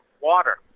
water